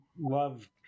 love